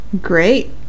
Great